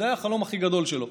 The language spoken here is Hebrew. זה היה החלום הכי גדול שלו.